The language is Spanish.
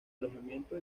alojamiento